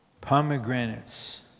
pomegranates